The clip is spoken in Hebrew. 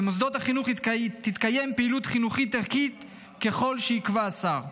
במוסדות החינוך תתקיים פעילות חינוכית-ערכית לפי החלטת שר החינוך.